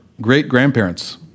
great-grandparents